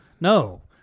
no